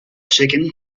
chicken